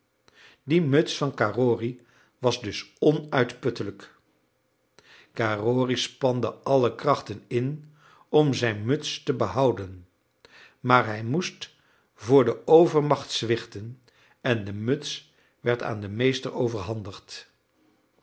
die muts van carrory was dus onuitputtelijk carrory spande alle krachten in om zijn muts te behouden maar hij moest voor de overmacht zwichten en de muts werd aan den meester overhandigd